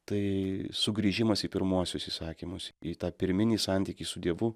tai sugrįžimas į pirmuosius įsakymus į tą pirminį santykį su dievu